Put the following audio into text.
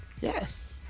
Yes